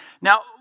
Now